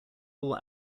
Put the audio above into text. all